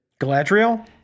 Galadriel